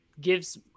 gives